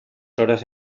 horas